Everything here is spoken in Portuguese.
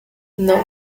não